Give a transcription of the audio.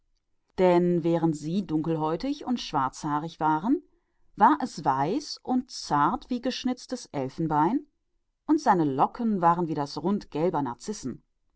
denn wahrend sie schwarzbraun und dunkelhaarig waren blieb es weiß und zart wie gedrehtes elfenbein und seine locken waren wie